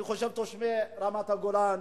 אני חושב שתושבי רמת-הגולן